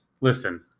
Listen